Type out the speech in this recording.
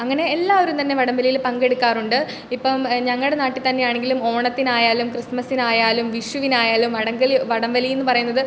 അങ്ങനെ എല്ലാവരും തന്നെ വടം വലിയിൽ പങ്കെടുക്കാറുണ്ട് ഇപ്പം ഞങ്ങളുടെ നാട്ടിൽത്തന്നെ ആണെങ്കിലും ഓണത്തിനായാലും ക്രിസ്മസിനായാലും വിഷുവിനായാലും വടങ്ങലി വടം വലീന്ന് പറയുന്നത്